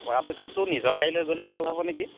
পৰাপক্ষততো নিজৰ গাড়ী লৈ গ'লে ভাল হ'ব নেকি